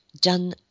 done